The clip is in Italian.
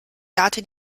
dati